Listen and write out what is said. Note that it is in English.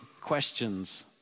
questions